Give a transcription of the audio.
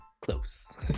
close